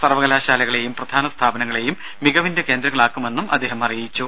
സർവ്വകലാശാലകളേയും പ്രധാന സ്ഥാപനങ്ങളേയും മികവിന്റെ കേന്ദ്രങ്ങളാക്കുമെന്നും അദ്ദേഹം അറിയിച്ചു